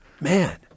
Man